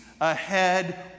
ahead